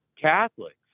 Catholics